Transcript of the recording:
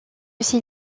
ses